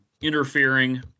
interfering